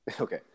Okay